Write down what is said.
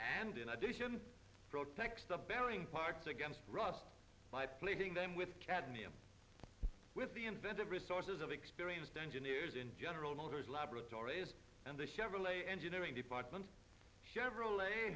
and in addition the bearing parts against rust by pleading them with cadmium with the inventive resources of experienced engineers in general motors laboratories and the chevrolet engineering department chevrolet